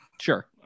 Sure